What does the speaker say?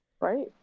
right